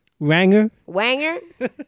Wanger